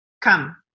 Come